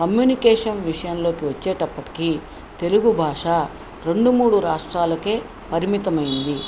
communication విషయంలోకి వచ్చేటప్పటికి తెలుగు భాష రెండు మూడు రాష్ట్రాలకు పరిమితమైంది